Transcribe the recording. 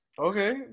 Okay